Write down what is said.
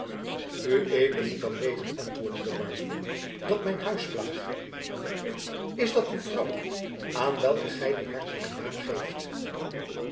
ued moet dan weten antwoordde de barbier dat mijn huisplaag is dat uw vrouw aan welke gy dien hartelijken naam geeft